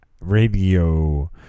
radio